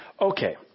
Okay